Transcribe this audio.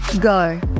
go